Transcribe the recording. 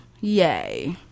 Yay